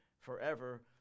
forever